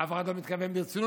אף אחד לא מתכוון לזה